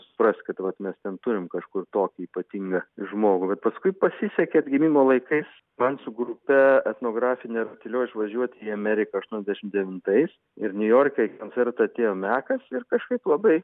supraskit vat mes ten turim kažkur tokį ypatingą žmogų bet paskui pasisekė atgimimo laikais man su grupe etnografiniu rateliu išvažiuoti į ameriką aštuoniasdešim devintais ir niujorke koncertą atėjo mekas ir kažkaip labai